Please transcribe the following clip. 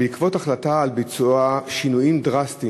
בעקבות החלטה על ביצוע שינויים דרסטיים